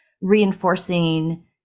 reinforcing